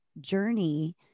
journey